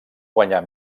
guanyar